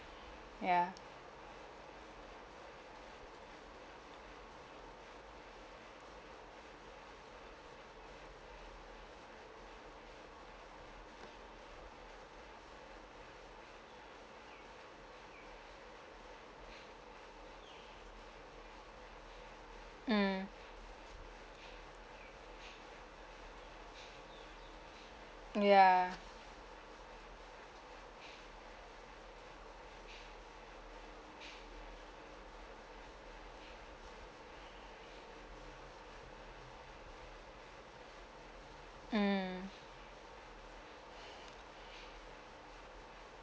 ya mm mm ya mm